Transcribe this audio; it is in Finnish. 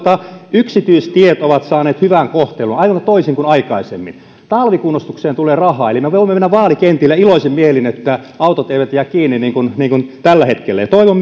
yksityistiet ovat saaneet hyvän kohtelun aivan toisin kuin aikaisemmin talvikunnostukseen tulee rahaa eli me voimme mennä vaalikentille iloisin mielin kun autot eivät jää kiinni niin kuin tällä hetkellä toivon